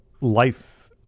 life